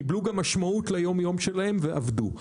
קיבלו גם משמעות ליום-יום שלהם ועבדו.